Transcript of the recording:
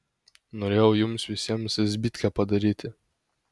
norėjau jums visiems zbitkę padaryti